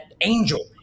angel